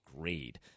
grade